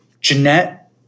Jeanette